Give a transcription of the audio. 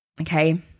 okay